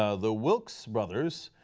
ah the wilks brothers,